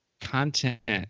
content